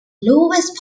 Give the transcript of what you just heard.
lowest